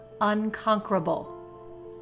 unconquerable